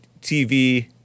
TV